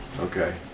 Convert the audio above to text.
Okay